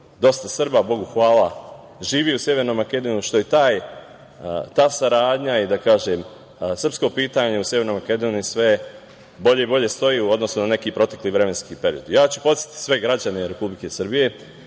dosta Srba, bogu hvala, živi u Severnoj Makedoniji, što je ta saradnja i srpsko pitanje u Severnoj Makedoniji sve bolje i bolje stoji u odnosu na neki protekli vremenski period. Podsetiću sve građane Republike Srbije